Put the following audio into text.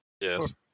Yes